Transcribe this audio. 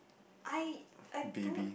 I I don't